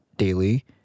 daily